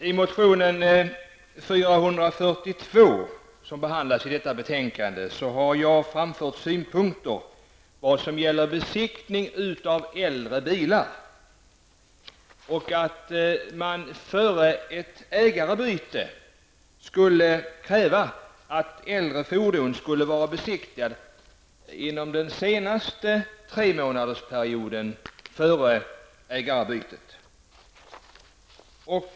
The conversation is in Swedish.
I motion T442, som behandlas i detta betänkande, har jag framfört synpunkter på vad som gäller vid besiktning av äldre bilar och på att man före ett ägarbyte skall kräva att äldre fordon skall vara besiktigade inom den senaste tremånadersperioden före ägarbytet.